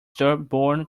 stubborn